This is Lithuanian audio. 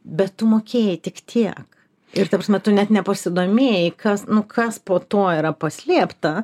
bet tu mokėjai tik tiek ir ta prasme tu net nepasidomėjai kas nu kas po to yra paslėpta